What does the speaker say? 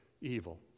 evil